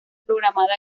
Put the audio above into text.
programada